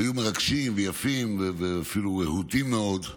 והיו מרגשים ויפים ואפילו רהוטים מאוד,